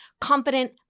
confident